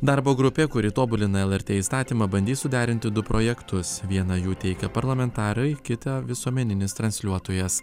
darbo grupė kuri tobulina lrt įstatymą bandys suderinti du projektus vieną jų teikia parlamentarai kitą visuomeninis transliuotojas